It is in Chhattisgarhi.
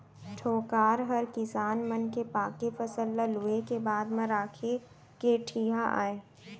कोठार हर किसान मन के पाके फसल ल लूए के बाद म राखे के ठिहा आय